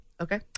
Okay